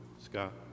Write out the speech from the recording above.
Scott